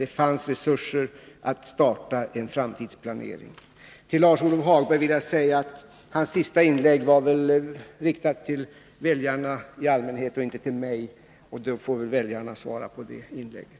Då fanns det resurser att starta en framtidsplanering. Till Lars-Ove Hagberg vill jag säga att hans senaste inlägg väl var riktat till väljarna i allmänhet och inte till mig. Då får väljarna svara på det inlägget.